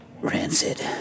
rancid